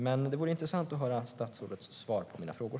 Men det vore intressant att höra statsrådets svar på mina frågor.